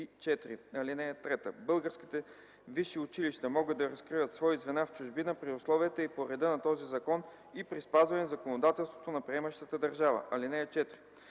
ал. 3 и 4: „(3) Българските висши училища могат да разкриват свои звена в чужбина при условията и по реда на този закон и при спазване законодателството на приемащата държава. (4) В